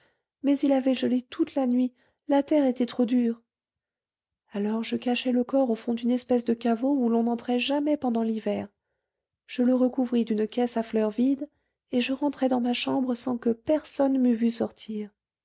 mais il avait gelé toute la nuit la terre était trop dure alors je cachai le corps au fond d'une espèce de caveau où l'on n'entrait jamais pendant l'hiver je le recouvris d'une caisse à fleurs vide et je rentrai dans ma chambre sans que personne m'eût vue sortir